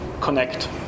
connect